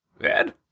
Ed